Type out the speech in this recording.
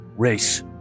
race